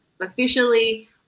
officially